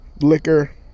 liquor